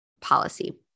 policy